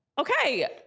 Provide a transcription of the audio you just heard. Okay